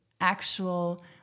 actual